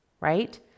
right